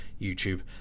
YouTube